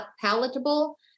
palatable